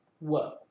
Whoa